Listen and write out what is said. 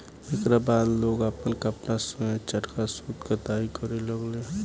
एकरा बाद लोग आपन कपड़ा स्वयं चरखा सूत कताई करे लगले